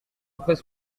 après